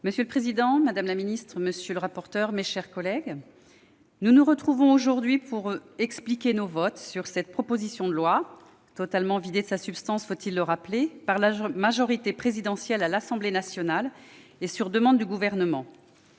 Monsieur le président, madame la secrétaire d'État, monsieur le rapporteur, mes chers collègues, nous nous retrouvons aujourd'hui pour expliquer nos votes sur cette proposition de loi, totalement vidée de sa substance par la majorité présidentielle à l'Assemblée nationale, sur demande du Gouvernement.